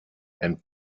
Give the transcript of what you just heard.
and